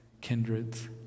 kindreds